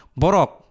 Borok